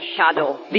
Shadow